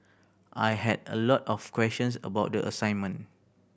I had a lot of questions about the assignment